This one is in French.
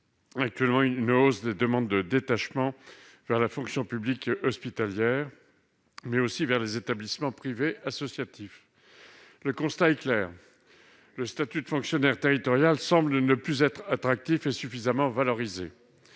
actuellement une hausse des demandes de détachement vers la fonction publique hospitalière, mais aussi vers les établissements privés associatifs. Le constat est clair : le statut de fonctionnaire territorial ne semble plus suffisamment attractif et valorisé.